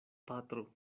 patro